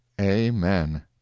Amen